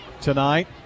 Tonight